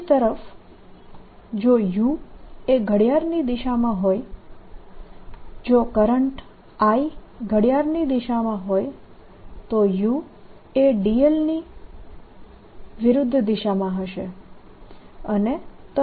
બીજી તરફ જો u એ ઘડિયાળની દિશામાં હોય જો કરંટ I ઘડિયાળની દિશામાં હોય તો u એ dl વિરુદ્ધ દિશામાં હશે અને તમને સાચી સાઈન મળશે